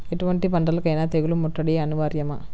ఎటువంటి పంటలకైన తెగులు ముట్టడి అనివార్యమా?